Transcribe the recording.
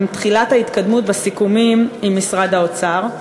עם תחילת ההתקדמות בסיכומים עם משרד האוצר,